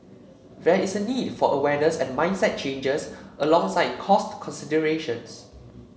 there is a need for awareness and mindset changes alongside cost considerations